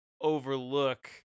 overlook